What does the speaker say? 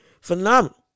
phenomenal